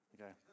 Okay